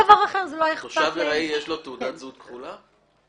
לתושב ארעי יש תעודת זהות כחולה?